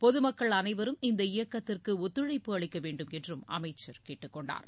பொதுமக்கள் அனைவரும் இந்த இயக்கத்திற்கு ஒத்துழைப்பு அளிக்கவேண்டும் என்றும் அமைச்சர் கேட்டுக்கொண்டார்